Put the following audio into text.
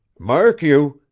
mark you,